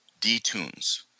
detunes